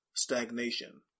stagnation